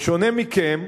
בשונה מכם,